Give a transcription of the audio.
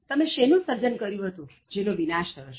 તમે શેનું સર્જન કર્યું હતું જેનો વિનાશ થયો છે